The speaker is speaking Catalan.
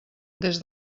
des